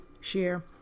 share